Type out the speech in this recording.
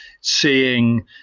seeing